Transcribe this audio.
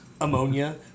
ammonia